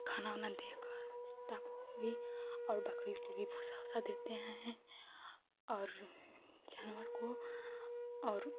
खाना उना देकर कुत्ता को भी और बकरी को भी भूसा उसा देते हैं और जानवर को और